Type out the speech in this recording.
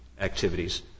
activities